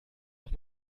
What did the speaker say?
auch